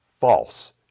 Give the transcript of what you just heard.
false